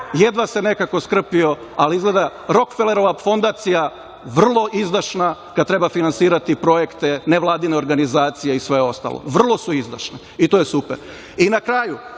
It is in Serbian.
jedva se nekako skrpio, ali izgleda Rokfelerova fondacija je vrlo izdašna kada treba finansirati projekte nevladine organizacije i sve ostalo. Vrlo su izdašne i to je super. Na kraju,